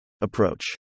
Approach